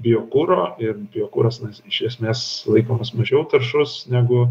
biokuro ir biokuras na iš esmės laikomas mažiau taršus negu